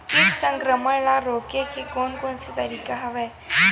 कीट संक्रमण ल रोके के कोन कोन तरीका हवय?